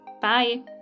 Bye